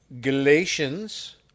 Galatians